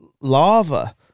lava